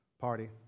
party